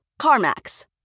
CarMax